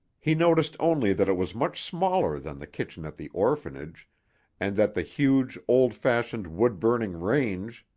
he noticed only that it was much smaller than the kitchen at the orphanage and that the huge, old-fashioned wood-burning range,